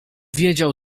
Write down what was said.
wiedział